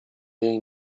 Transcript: jej